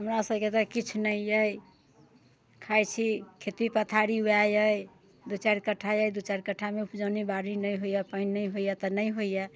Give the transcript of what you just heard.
हमरा सबके तऽ किछु नहि अइ खाइ छी खेती पथारी वएह अइ दू चारि कट्ठा अइ दू चारि कट्ठामे उपजने बारी नहि होइए पानि नहि होइए तऽ नहि होइए